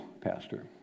pastor